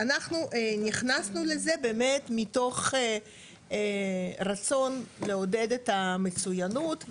אנחנו נכנסנו לזה באמת מתוך רצון לעודד את המצוינות,